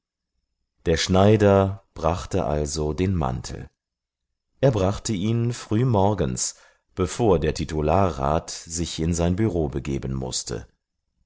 der schneider brachte also den mantel er brachte ihn frühmorgens bevor der titularrat sich in sein büro begeben mußte